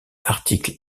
article